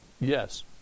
Yes